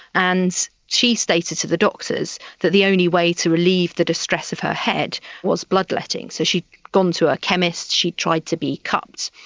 and she stated to the doctors that the only way to relieve the distress of her head was bloodletting. so she had gone to a chemist, she'd tried to be cut,